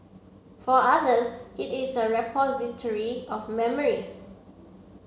for others it is a repository of memories